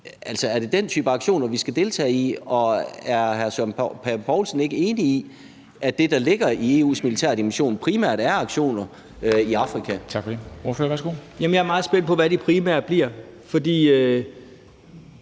er det den type aktioner, vi skal deltage i, og er hr. Søren Pape Poulsen ikke enig i, at det, der ligger i EU's militære dimension, primært er aktioner i Afrika? Kl. 15:43 Formanden : Tak for det.